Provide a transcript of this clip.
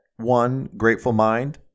OneGratefulMind